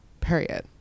period